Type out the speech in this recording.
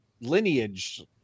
lineage